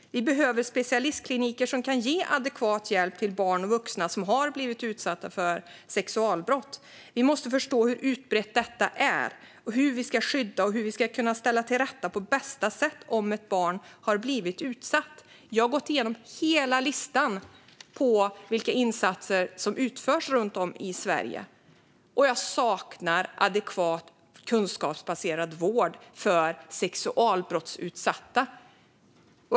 Vi behöver specialistkliniker som kan ge adekvat hjälp till barn och vuxna som har blivit utsatta för sexualbrott. Vi måste förstå hur utbrett detta är, hur vi ska skydda barn och hur vi på bästa sätt ska kunna ställa saker och ting till rätta om ett barn har blivit utsatt. Jag har gått igenom hela listan över vilka insatser som utförs runt om i Sverige, och jag saknar adekvat kunskapsbaserad vård av sexualbrottsutsatta.